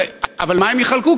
אבל מה הם יחלקו?